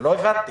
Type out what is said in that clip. לא הבנתי.